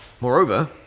Moreover